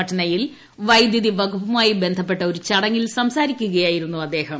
പട്നയിൽ വൈദ്യുത വകുപ്പുമായി ബന്ധപ്പെട്ട ഒരു ചടങ്ങിൽ സംസാരിക്കുകയായിരുന്നു അദ്ദേഹം